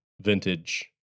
Vintage